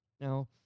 Now